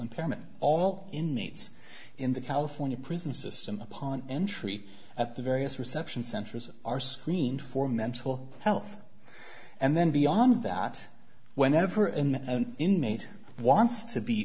impairment all inmates in the california prison system upon entry at the various reception centers are screened for mental health and then beyond that whenever an inmate wants to be